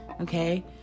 Okay